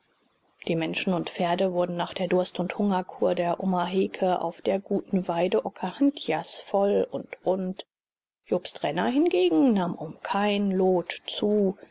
die menschen und pferde wurden nach der durst und hungerkur der omaheke auf der guten weide okahandjas voll und rund jobst renner hingegen nahm um kein lot zu